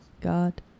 God